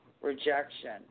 rejection